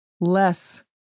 less